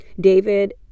David